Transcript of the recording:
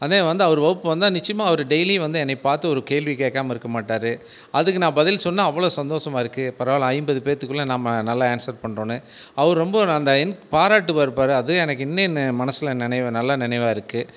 அதே வந்து அவர் வகுப்பு வந்தால் நிச்சயமாக அவர் டெய்லி வந்து என்ன பார்த்து ஒரு கேள்வி கேக்காமல் இருக்க மாட்டார் அதுக்கு நான் பதில் சொன்னால் அவ்வளோ சந்தோசமாயிருக்கும் பரவாயில்ல ஐம்பது பேத்துக்குள் நம்ம நல்லா ஆன்சர் பண்ணுறோம்னு அவரு ரொம்ப அந்த பாராட்டுவார் பார் அது எனக்கு இன்னும் என்ன மனசில் நினைவு நல்லா என்ன நினைவாருக்கு